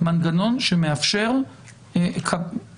מנגנון שמאפשר